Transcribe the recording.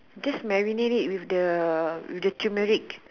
just marinate it with the with the turmeric